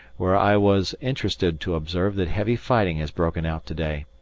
where i was interested to observe that heavy fighting has broken out to-day.